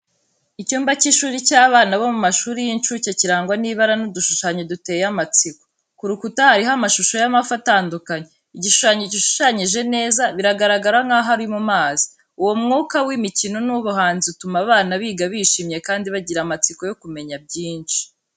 Icyumba cy’ishuri cy’abana bo mu mashuri y’incuke kirangwa n’ibara n’udushushanyo duteye amatsiko. Ku rukuta hariho amashusho y’amafi atandukanye, igishushanyo gishushanyije neza, bigaragara nkaho ari mu mazi. Uwo mwuka w’imikino n’ubuhanzi utuma abana biga bishimye kandi bagira amatsiko yo kumenya byinshi.